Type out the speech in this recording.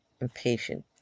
impatient